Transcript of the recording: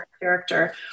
character